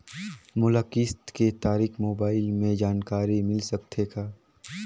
मोला किस्त के तारिक मोबाइल मे जानकारी मिल सकथे का?